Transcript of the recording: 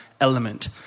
element